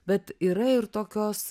bet yra ir tokios